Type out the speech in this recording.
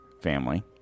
family